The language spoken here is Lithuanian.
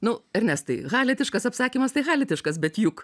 nu ernestai haletiškas apsakymas tai haletiškas bet juk